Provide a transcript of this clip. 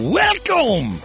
welcome